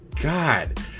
God